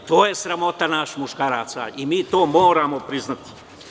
To je sramota nas muškaraca i mi to moramo priznati.